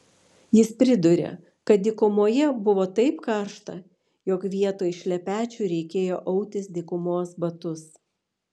jis priduria kad dykumoje buvo taip karšta jog vietoj šlepečių reikėjo autis dykumos batus